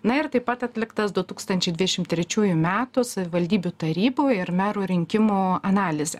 na ir taip pat atliktas du tūkstančiai dvidešim trečiųjų metų savivaldybių tarybų ir merų rinkimų analizė